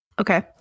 Okay